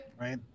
Right